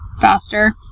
faster